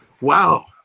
wow